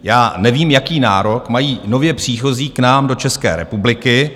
Já nevím, jaký nárok mají nově příchozí k nám do České republiky.